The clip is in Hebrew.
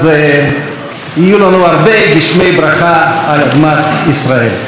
אז שיהיו לנו הרבה גשמי ברכה על אדמת ישראל.